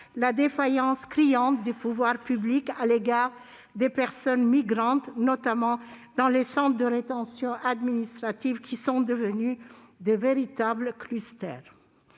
la défaillance criante des pouvoirs publics à l'égard des personnes migrantes, notamment dans les centres de rétention administrative (CRA), devenus de véritables clusters.